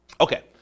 okay